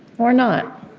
or not?